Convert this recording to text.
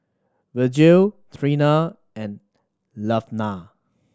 Virgil Treena and Laverna